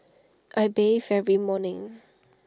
I bathe every morning